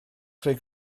creu